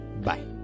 Bye